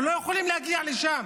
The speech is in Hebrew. אנחנו לא יכולים להגיע לשם.